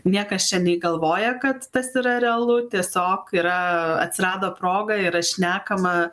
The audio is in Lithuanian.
niekas čia nei galvoja kad tas yra realu tiesiog yra atsirado proga yra šnekama